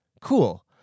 Cool